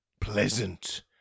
pleasant